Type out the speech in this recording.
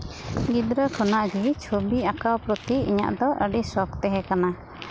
ᱜᱤᱫᱽᱨᱟᱹ ᱠᱷᱚᱱᱟᱜ ᱜᱮ ᱪᱷᱚᱵᱤ ᱟᱸᱠᱟᱣ ᱯᱨᱚᱛᱤ ᱤᱧᱟᱜ ᱫᱚ ᱟᱹᱰᱤ ᱥᱚᱠᱷ ᱛᱟᱦᱮᱸ ᱠᱟᱱᱟ